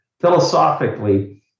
philosophically